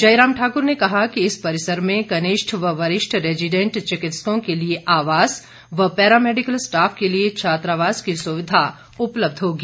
जयराम ठाक्र ने कहा कि इस परिसर में कनिष्ठ व वरिष्ठ रेजिडेंट चिकित्सकों के लिए आवास व पैरामैडिकल स्टॉफ के लिए छात्रावास की सुविधा उपलब्ध होगी